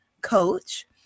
coach